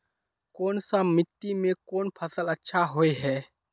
कोन सा मिट्टी में कोन फसल अच्छा होय है?